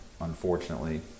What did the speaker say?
unfortunately